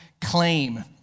claim